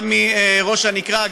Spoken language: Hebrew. גם מראש הנקרה,